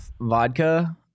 vodka